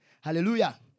Hallelujah